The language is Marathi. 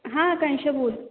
हां आकांशा बोल